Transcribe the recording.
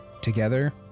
together